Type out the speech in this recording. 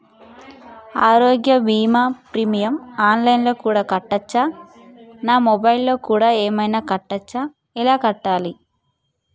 ఆరోగ్య బీమా premium online లో కూడా కట్టచ్చా? నా మొబైల్లో కూడా ఏమైనా కట్టొచ్చా? ఎలా కట్టాలి?